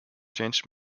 changed